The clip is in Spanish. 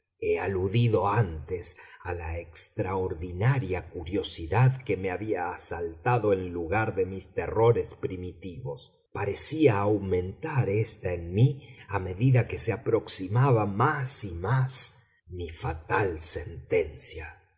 he aludido antes a la extraordinaria curiosidad que me había asaltado en lugar de mis terrores primitivos parecía aumentar ésta en mí a medida que se aproximaba más y más mi fatal sentencia